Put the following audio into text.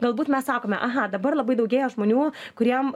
galbūt mes sakome aha dabar labai daugėja žmonių kuriem